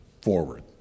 forward